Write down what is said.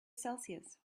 celsius